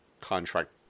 contract